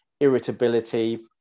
irritability